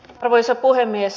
arvoisa puhemies